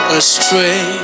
astray